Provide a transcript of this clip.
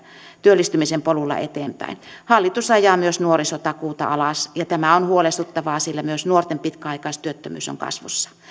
työllistymisen polulla eteenpäin hallitus ajaa myös nuorisotakuuta alas ja tämä on huolestuttavaa sillä myös nuorten pitkäaikaistyöttömyys on kasvussa